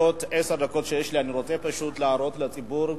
בתשע-עשר הדקות שיש לי אני פשוט רוצה להראות לציבור,